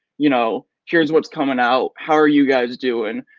you know here's what's comin' out, how are you guys doin'?